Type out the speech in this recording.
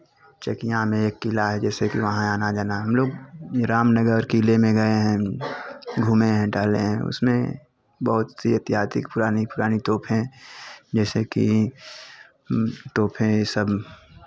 चकिया में एक किला है जैसे कि वहाँ आना जाना हम लोग रामनगर किले में गए हैं घूमें हैं टहले हैं उसमें बहुत सी ऐतिहासिक पुरानी पुरानी तोप हैं जैसे कि तोप हैं ये सब